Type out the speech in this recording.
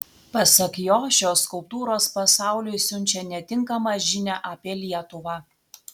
pasak jo šios skulptūros pasauliui siunčia netinkamą žinią apie lietuvą